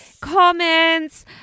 comments